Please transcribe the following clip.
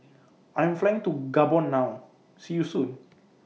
I'm Flying to Gabon now See YOU Soon